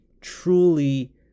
truly